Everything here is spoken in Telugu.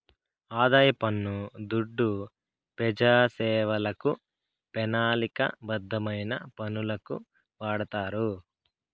ఆదాయ పన్ను దుడ్డు పెజాసేవలకు, పెనాలిక బద్ధమైన పనులకు వాడతారు